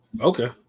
Okay